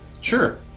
sure